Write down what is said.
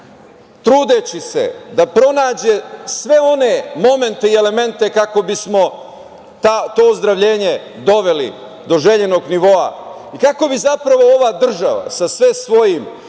trudeći se pronađe sve one momente i elemente kako bi smo to ozdravljenje doveli doželjenog nivoa i kako bi zapravo ova država sa sve svojim